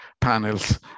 panels